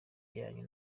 yanyu